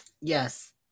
yes